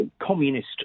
communist